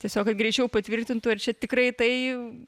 tiesiog kad greičiau patvirtintų ir čia tikrai tai